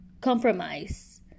compromise